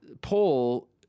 poll